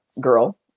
girl